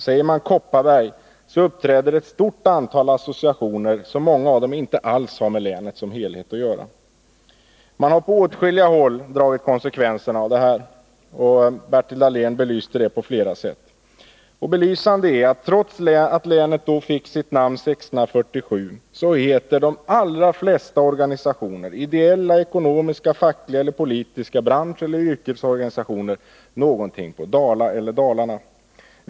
Säger man Kopparberg uppträder ett stort antal associationer. Många av dessa har inte alls med länet som helhet att göra. Man har på åtskilliga håll dragit konsekvenserna av detta, och Bertil Dahlén har belyst det på flera sätt. Trots att länet fick sitt namn 1647 heter de allra flesta organisationerna — det kan gälla ideella, ekonomiska, fackliga eller politiska organisationer, det kan gälla branscher eller yrkesorganisationer — någonting som börjar med Dala eller Dalarna.